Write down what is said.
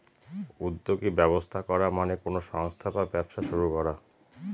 উদ্যোগী ব্যবস্থা করা মানে কোনো সংস্থা বা ব্যবসা শুরু করা